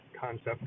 concept